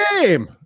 game